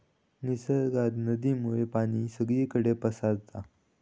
निसर्गात नदीमुळे पाणी सगळीकडे पसारता